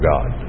God